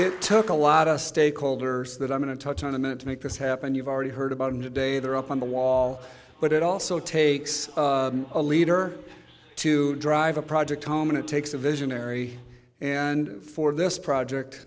it took a lot of stakeholders that i'm going to touch on a minute to make this happen you've already heard about and today they're up on the wall but it also takes a leader to drive a project home and it takes a visionary and for this project